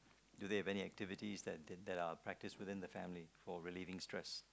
do they have any activities that are practice within the family for relieving stress